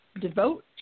devote